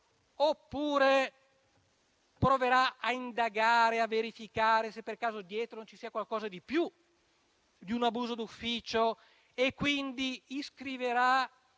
oppure proverà a indagare e a verificare se per caso dietro non ci sia qualcosa di più di un abuso d'ufficio e quindi iscriverà